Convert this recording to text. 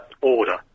order